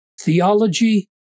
theology